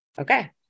Okay